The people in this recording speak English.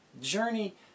journey